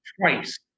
twice